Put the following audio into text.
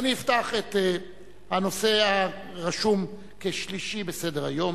אני אפתח את הנושא הרשום כשלישי בסדר-היום,